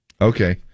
Okay